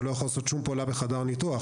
לא יכול לעשות שום פעולה בחדר ניתוח.